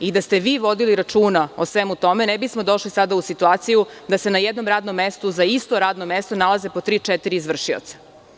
I da ste vi vodili računa o svemu tome ne bi smo došli sada u situaciju da se na jednom radnom mestu za isto radno mesto nalaze po tri, četiri izvršioca.